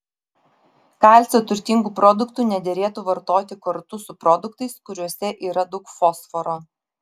kalcio turtingų produktų nederėtų vartoti kartu su produktais kuriuose yra daug fosforo